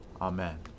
Amen